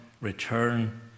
return